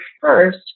first